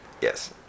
Yes